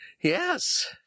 Yes